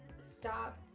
stop